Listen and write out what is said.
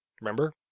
Remember